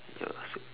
ya same